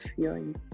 feeling